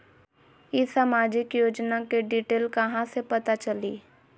ई सामाजिक योजना के डिटेल कहा से पता चली?